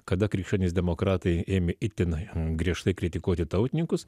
kada krikščionys demokratai ėmė itin griežtai kritikuoti tautininkus